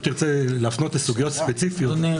אם תרצה להפנות לסוגיות ספציפיות --- אדוני,